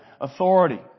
authority